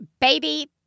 Baby